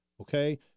okay